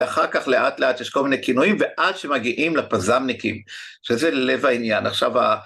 ואחר כך לאט לאט יש כל מיני כינויים ועד שמגיעים לפזמניקים. שזה לב העניין. עכשיו ה...